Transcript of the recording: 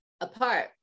apart